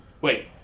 Wait